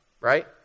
right